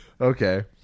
Okay